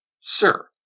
Sir